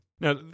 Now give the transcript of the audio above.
Now